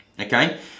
Okay